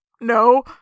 no